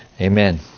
Amen